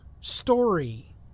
story